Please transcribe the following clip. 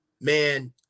Man